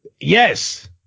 Yes